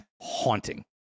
haunting